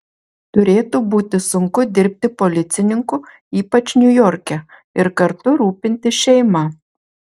turėtų būti sunku dirbti policininku ypač niujorke ir kartu rūpintis šeima